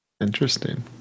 interesting